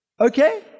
Okay